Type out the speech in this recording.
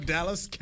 Dallas